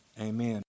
Amen